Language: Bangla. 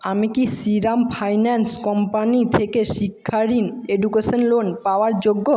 আমি কি শ্রীরাম ফাইন্যান্স কোম্পানি থেকে শিক্ষা ঋণ এডুকেশান লোন পাওয়ার যোগ্য